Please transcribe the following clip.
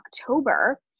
October